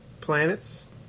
Planets